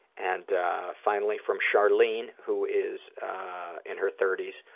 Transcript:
and finally from charlene, who is in her thirty s,